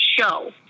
show